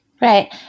right